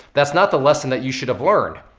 that's not the lesson that you should have learned.